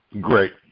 great